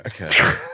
Okay